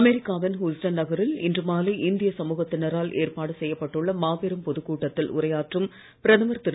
America வின் Houston நகரில் இன்று மாலை இந்திய சமூகத்தினரால் ஏற்பாடு செய்யப்பட்டுள்ள மாபெரும் பொதுக்கூட்டத்தில் உரையாற்றும் பிரதமர் திரு